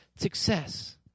Success